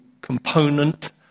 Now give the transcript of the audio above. component